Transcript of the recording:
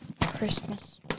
Christmas